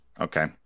Okay